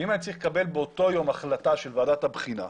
אם אני צריך לקבל באותו יום החלטה של ועדת הבחינה,